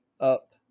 up